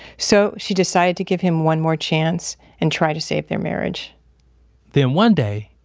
so she decided to give him one more chance and try to save their marriage then one day,